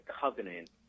covenant